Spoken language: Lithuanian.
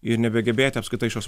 ir nebegebėti apskritai šios